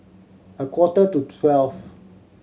a quarter to twelve